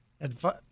advice